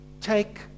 take